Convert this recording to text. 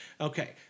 Okay